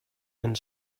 and